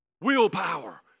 Willpower